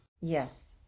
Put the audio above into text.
yes